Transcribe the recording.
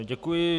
Děkuji.